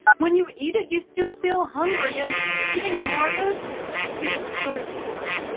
when you eat it you still feel hungry, and eating more of it feels so good.